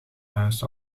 huis